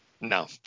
No